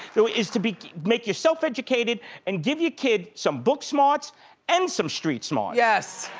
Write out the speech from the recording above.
though, is to make yourself educated and give your kid some book smarts and some street smarts. yes,